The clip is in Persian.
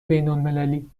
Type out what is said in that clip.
بینالمللی